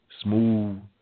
Smooth